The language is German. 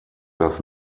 das